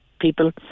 people